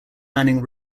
manning